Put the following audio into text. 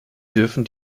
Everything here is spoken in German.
dürfen